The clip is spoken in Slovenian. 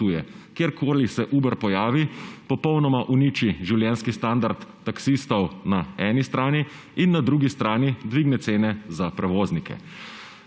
Kjerkoli se Uber pojavi, popolnoma uniči življenjski standard taksistov na eni strani in na drugi strani dvigne cene za prevoznike.